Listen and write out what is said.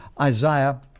Isaiah